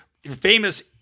famous